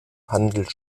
handelt